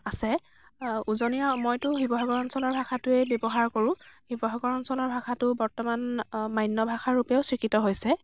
আছে উজনিৰ আৰু মইতো শিৱসাগৰ অঞ্চলৰ ভাষাটোৱেই ব্য়ৱহাৰ কৰোঁ শিৱসাগৰ অঞ্চলৰ ভাষাটো বৰ্তমান মান্য় ভাষা ৰূপেও স্বীকৃত হৈছে